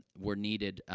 were needed, ah,